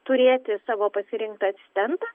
turėti savo pasirinktą asistentą